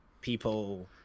people